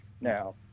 Now